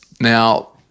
Now